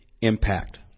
impact